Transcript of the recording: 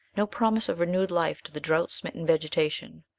no promise of renewed life to the drought-smitten vegetation.